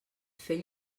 fer